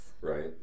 Right